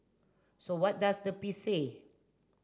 so what does the piece say